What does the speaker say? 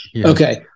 Okay